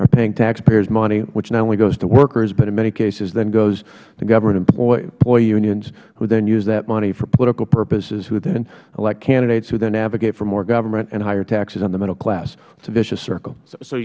are paying taxpayers money which not only goes to workers but in many cases then goes to government employee unions who then use that money for political purposes when then elect candidates who then advocate for more government and higher taxes on the middle class it is a vicious circle